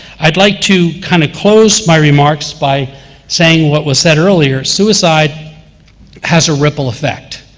i'd like to kind of close my remarks by saying what was said earlier suicide has a ripple effect.